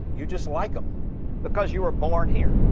you just like them because you were born here